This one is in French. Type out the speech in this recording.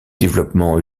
développement